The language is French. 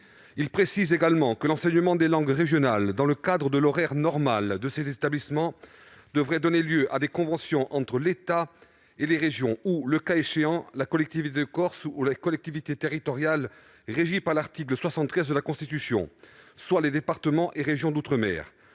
à préciser que l'enseignement des langues régionales, dans le cadre de l'horaire normal de ces établissements, devrait donner lieu à des conventions entre l'État et les régions ou, le cas échant, la collectivité de Corse ou les collectivités territoriales régies par l'article 73 de la Constitution, soit les départements et régions d'outre-mer.